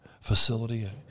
facility